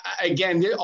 again